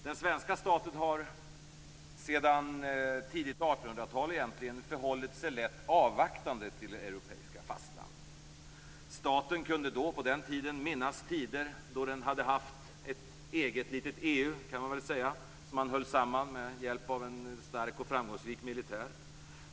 Den svenska staten har, egentligen sedan tidigt 1800-tal, förhållit sig lätt avvaktande till det europeiska fastlandet. Statens företrädare på den tiden kunde minnas tider när landet hade haft ett slags eget litet EU, som hölls samman med hjälp av en stark och framgångsrik militär.